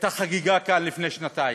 הייתה חגיגה כאן, לפני שנתיים,